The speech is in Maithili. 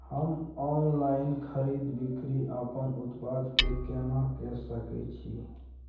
हम ऑनलाइन खरीद बिक्री अपन उत्पाद के केना के सकै छी?